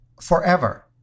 forever